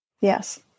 Yes